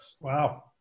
Wow